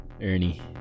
Ernie